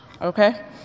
okay